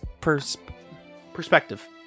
perspective